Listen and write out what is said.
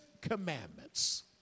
commandments